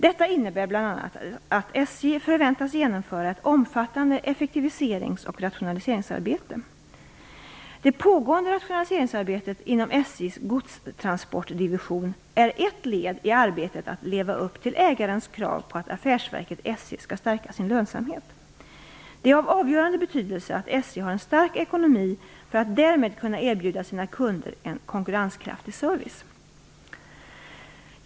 Detta innebär bl.a. att SJ förväntas genomföra ett omfattande effektiviseringsoch rationaliseringsarbete. Det pågående rationaliseringsarbetet inom SJ:s godstransportdivision är ett led i arbetet att leva upp till ägarens krav på att affärsverket SJ skall stärka sin lönsamhet. Det är av avgörande betydelse att SJ har en stark ekonomi för att därmed kunna erbjuda sina kunder en konkurrenskraftig service.